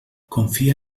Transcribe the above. confia